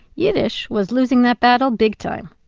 yiddish was losing that battle big time.